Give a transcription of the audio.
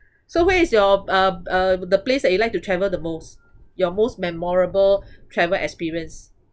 so when is your uh uh the place that you like to travel the most your most memorable travel experience